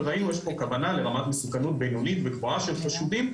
וראינו שיש פה כוונה לרמת מסוכנות בינונית וגבוהה של חשודים,